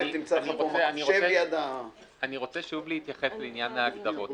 אני רוצה שוב להתייחס לעניין ההגדרות.